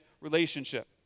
relationship